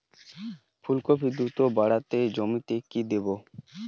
ফুলকপি দ্রুত বাড়াতে জমিতে কি দেবো?